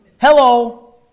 Hello